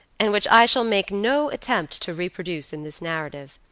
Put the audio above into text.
and which i shall make no attempt to reproduce in this narrative.